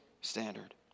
standard